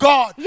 God